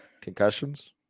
concussions